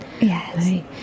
Yes